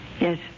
Yes